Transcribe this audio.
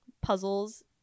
puzzles